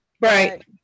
Right